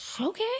Okay